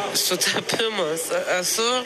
sutapimas esu